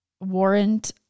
warrant